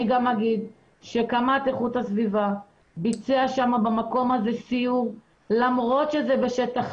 אני גם אומר שקמ"ט איכות הסביבה ביצע שם במקום הזה סיור למרות שזה בשטח